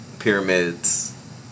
pyramids